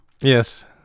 Yes